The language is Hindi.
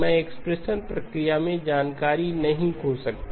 मैं एक्सपेंशन प्रक्रिया में जानकारी नहीं खो सकता